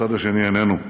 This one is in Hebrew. והצד השני, איננו.